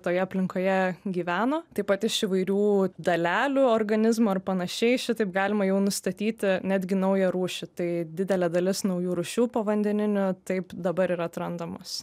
toje aplinkoje gyveno taip pat iš įvairių dalelių organizmo ir panašiai šitaip galima jau nustatyti netgi naują rūšį tai didelė dalis naujų rūšių povandeninių taip dabar ir atrandamos